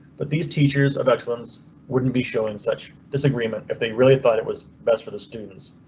but these teachers of excellence wouldn't be showing such disagreement if they really thought it was best for the students.